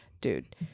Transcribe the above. dude